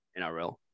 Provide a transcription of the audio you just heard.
NRL